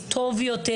טוב יותר.